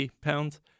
pounds